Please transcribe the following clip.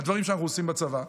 הדברים שאנחנו עושים בצבא,